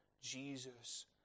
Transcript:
Jesus